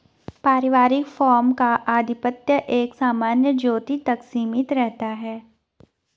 पारिवारिक फार्म का आधिपत्य एक सामान्य ज्योति तक सीमित रहता है